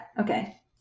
Okay